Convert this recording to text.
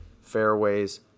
fairways